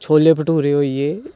छोले भठूरे होई गे